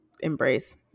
embrace